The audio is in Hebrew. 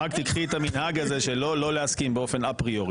רק תדחי את המנהג הזה של לא לא להסכים באופן אפריורי.